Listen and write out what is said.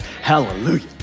hallelujah